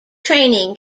training